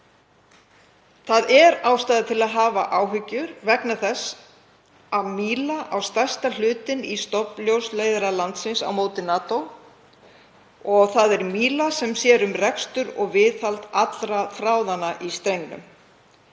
Það er ástæða til að hafa áhyggjur vegna þess að Míla á stærsta hlutinn í stofnljósleiðara landsins á móti NATO og það er Míla sem sér um rekstur og viðhald allra þráðanna í strengnum.